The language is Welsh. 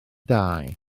dau